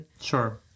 sure